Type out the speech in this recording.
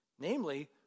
Namely